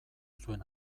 zuen